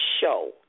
show